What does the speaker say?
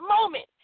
moment